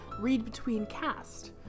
readbetweencast